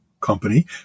Company